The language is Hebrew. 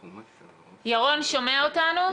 ירון, שומע אותנו?